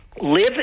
live